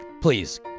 Please